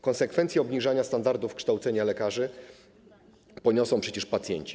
Konsekwencje obniżania standardów kształcenia lekarzy poniosą przecież pacjenci.